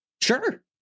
Sure